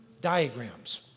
diagrams